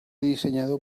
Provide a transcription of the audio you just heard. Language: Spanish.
diseñado